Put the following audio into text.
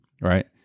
right